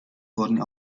wurden